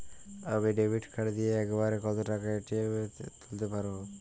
আমি debit card দিয়ে এক বারে কত টাকা এ.টি.এম থেকে তুলতে পারবো?